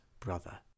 brother